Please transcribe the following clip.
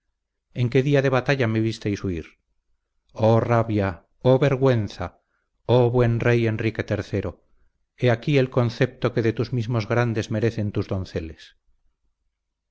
en qué día de batalla me visteis huir oh rabia oh vergüenza oh buen rey enrique iii he aquí el concepto que de tus mismos grandes merecen tus donceles